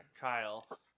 Kyle